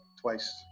twice